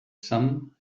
some